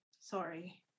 Sorry